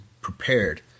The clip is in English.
prepared